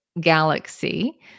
galaxy